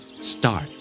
start